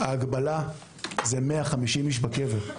ההגבלה היא ל-150 אנשים בקבר.